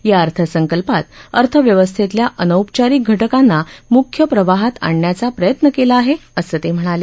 या अर्थसंकल्पात अर्थव्यस्थेतल्या अनौपचारिक घटकांना मुख्य प्रवाहात आणण्याचा प्रयत्न केला आहे असं ते म्हणाले